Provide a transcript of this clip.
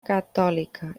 catòlica